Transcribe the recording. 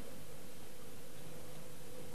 פעמים זה משבר כלכלי,